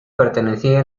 pertenecía